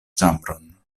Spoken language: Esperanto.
ĉambron